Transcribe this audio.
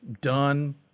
done